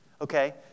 Okay